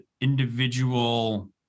individual